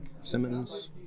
Simmons